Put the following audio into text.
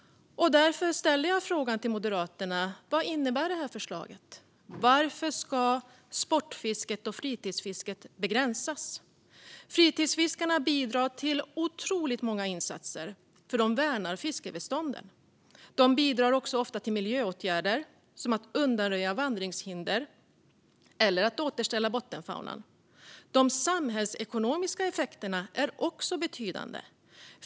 Därför ställer jag frågan till Moderaterna: Vad innebär detta förslag? Varför ska sportfisket och fritidsfisket begränsas? Fritidsfiskarna bidrar till otroligt många insatser, eftersom de värnar fiskbestånden. De bidrar också ofta till miljöåtgärder, som att undanröja vandringshinder eller återställa bottenfaunan. De samhällsekonomiska effekterna är också betydande.